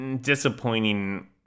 disappointing